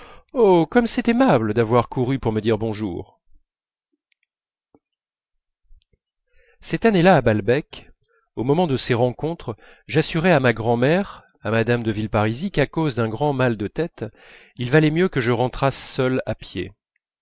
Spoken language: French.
oh comme c'est aimable d'avoir couru pour me dire bonjour cette année-là à balbec au moment de ces rencontres j'assurais à ma grand'mère à mme de villeparisis qu'à cause d'un grand mal de tête il valait mieux que je rentrasse seul à pied